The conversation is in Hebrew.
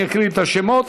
אני אקריא את השמות,